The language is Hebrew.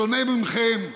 בשונה מכם,